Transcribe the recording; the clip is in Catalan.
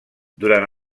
durant